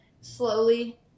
slowly